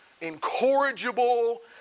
incorrigible